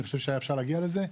אני חושב שהיה אפשר להגיע לזה.